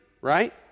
right